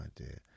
idea